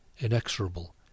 inexorable